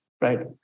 right